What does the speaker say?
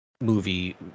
movie